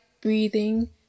breathing